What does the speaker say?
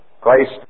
Christ